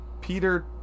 Peter